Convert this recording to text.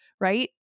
right